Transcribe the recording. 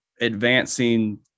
advancing